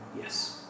Yes